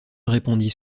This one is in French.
répondit